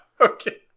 Okay